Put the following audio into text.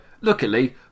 Luckily